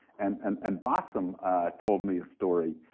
and and and bassem told me a story.